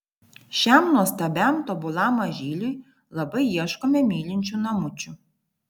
šiam nuostabiam tobulam mažyliui labai ieškome mylinčių namučių